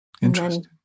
Interesting